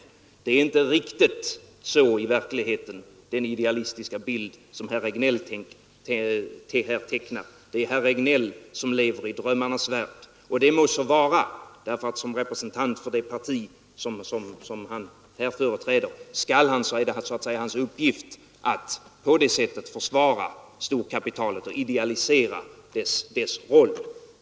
Det är inte riktigt så i verkligheten som i den idealistiska bild herr Regnéll här tecknat. Det är herr Regnéll som lever i drömmarnas värld, och det må så vara — som representant för sitt parti har han uppgiften att på det sättet försvara storkapitalet och idealisera dess roll.